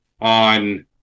on